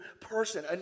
person